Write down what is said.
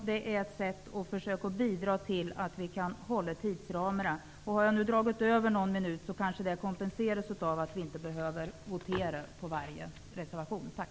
Det är bara ett sätt att försöka bidra till att vi kan hålla tidsramarna. Om jag nu har dragit över någon minut kanske det kompenseras av att vi inte behöver votera på varje reservation. Tack!